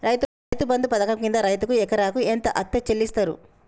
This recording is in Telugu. రైతు బంధు పథకం కింద రైతుకు ఎకరాకు ఎంత అత్తే చెల్లిస్తరు?